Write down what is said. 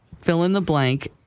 fill-in-the-blank